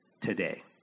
today